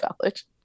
college